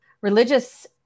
religious